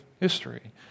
history